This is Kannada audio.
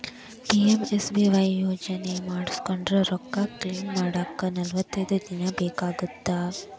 ಪಿ.ಎಂ.ಎಸ್.ಬಿ.ವಾಯ್ ಯೋಜನಾ ಮಾಡ್ಸಿನಂದ್ರ ರೊಕ್ಕ ಕ್ಲೇಮ್ ಮಾಡಾಕ ನಲವತ್ತೈದ್ ದಿನ ಬೇಕಾಗತ್ತಾ